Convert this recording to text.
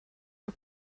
her